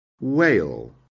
Whale